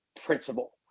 principle